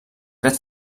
tret